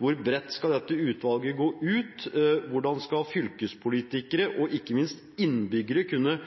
Hvor bredt skal dette utvalget gå ut? Hvordan skal fylkespolitikere, og ikke minst innbyggere, kunne